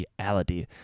reality